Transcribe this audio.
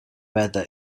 whether